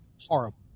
horrible